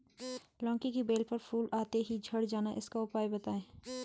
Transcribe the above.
लौकी की बेल पर फूल आते ही झड़ जाना इसका उपाय बताएं?